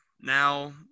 now